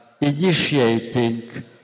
initiating